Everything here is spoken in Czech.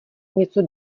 něco